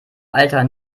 alter